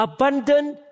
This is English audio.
Abundant